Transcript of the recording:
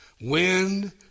Wind